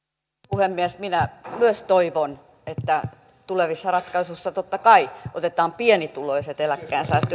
puhemies minä myös toivon että tulevissa ratkaisuissa totta kai otetaan pienituloiset eläkkeensaajat